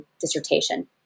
dissertation